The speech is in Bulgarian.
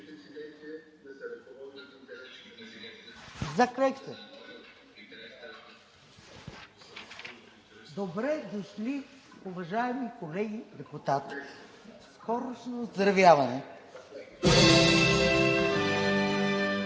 Добре дошли, уважаеми колеги депутати, скорошно оздравяване!